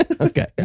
Okay